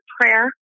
prayer